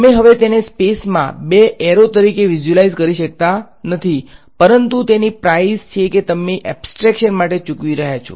તમે હવે તેને સ્પેસમાં બે એરો તરીકે વિઝ્યુઅલાઈઝ કરી શકતા નથી પરંતુ તે પ્રાઈસ છે જે તમે એબ્સ્ટ્રેક્શન માટે ચૂકવી રહ્યા છો